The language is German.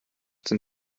dem